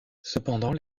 cependant